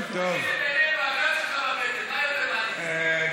אם מסתכלים על הגב שלך ועל הבטן שלך,